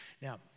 Now